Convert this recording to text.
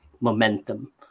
momentum